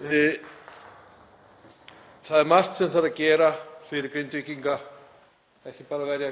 Það er margt sem þarf að gera fyrir Grindvíkinga, ekki bara verja